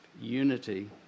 unity